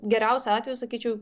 geriausiu atveju sakyčiau